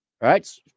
right